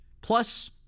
plus